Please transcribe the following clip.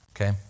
okay